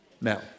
Now